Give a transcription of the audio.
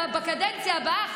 בקדנציה הבאה,